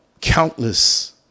countless